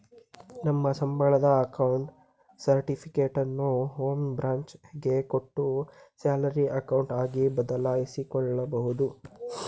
ನಮ್ಮ ಸಂಬಳದ ಅಕೌಂಟ್ ಸರ್ಟಿಫಿಕೇಟನ್ನು ಹೋಂ ಬ್ರಾಂಚ್ ಗೆ ಕೊಟ್ಟು ಸ್ಯಾಲರಿ ಅಕೌಂಟ್ ಆಗಿ ಬದಲಾಯಿಸಿಕೊಬೋದು